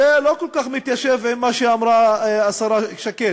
זה לא כל כך מתיישב עם מה שאמרה השרה שקד,